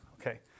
Okay